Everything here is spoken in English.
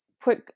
put